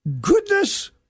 goodness